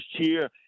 cheer